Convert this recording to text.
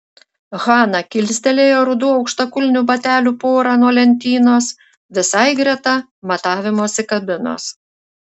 hana kilstelėjo rudų aukštakulnių batelių porą nuo lentynos visai greta matavimosi kabinos